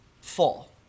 Fall